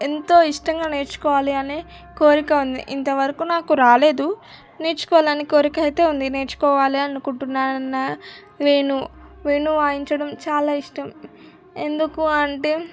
ఎంతో ఇష్టంగా నేర్చుకోవాలి అనే కోరిక ఉంది ఇంతవరకు నాకు రాలేదు నేర్చుకోవాలని కోరికైతే ఉంది నేర్చుకోవాలి అనుకుంటున్నాను అన్న వేణువు వేణువు వాయించడం చాలా ఇష్టం ఎందుకు అంటే